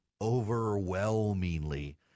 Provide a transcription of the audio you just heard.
overwhelmingly